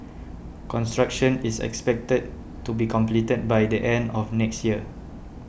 construction is expected to be completed by the end of next year